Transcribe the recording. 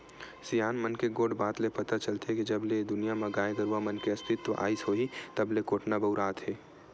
सियान मन के गोठ बात ले पता चलथे के जब ले ए दुनिया म गाय गरुवा मन के अस्तित्व आइस होही तब ले कोटना बउरात हे